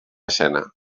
escena